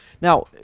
Now